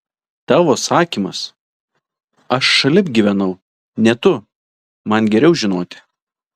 tavo sakymas aš šalip gyvenau ne tu man geriau žinoti